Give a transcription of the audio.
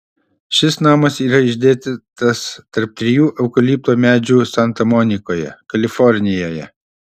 šis namas yra išdėstytas tarp trijų eukalipto medžių santa monikoje kalifornijoje